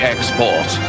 Export